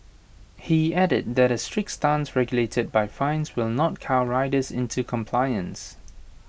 he added that A strict stance regulated by fines will not cow riders into compliance